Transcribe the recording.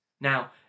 Now